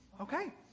Okay